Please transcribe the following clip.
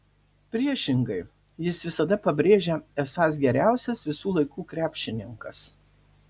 priešingai jis visada pabrėžia esąs geriausias visų laikų krepšininkas